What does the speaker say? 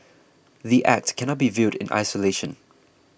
the A C T cannot be viewed in isolation